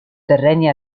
terreni